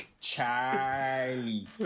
Charlie